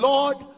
Lord